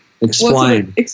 Explain